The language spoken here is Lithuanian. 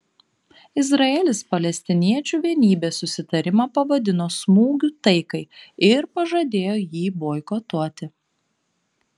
izraelis palestiniečių vienybės susitarimą pavadino smūgiu taikai ir pažadėjo jį boikotuoti